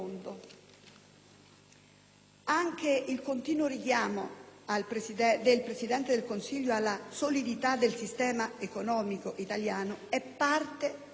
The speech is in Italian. Anche il continuo richiamo del Presidente del Consiglio alla solidità del sistema economico italiano è parte di questa manovra.